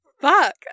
fuck